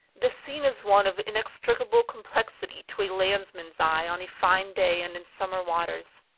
the scene is one of inextricable complexity to a landsman's eye on a fine day and in summer waters.